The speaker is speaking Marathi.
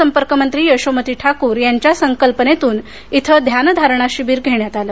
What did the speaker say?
संपर्कमंत्री यशोमती ठाकूर यांच्या संकल्पनेतून ध्यान धारणा शिविर घेण्यात आलं